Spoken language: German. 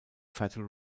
fatal